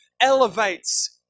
elevates